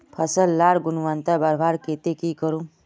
फसल लार गुणवत्ता बढ़वार केते की करूम?